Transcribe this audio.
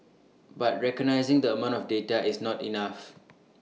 but recognising the amount of data is not enough